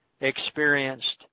experienced